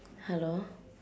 hello